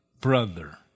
brother